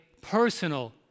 personal